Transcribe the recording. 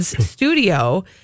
studio